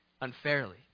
unfairly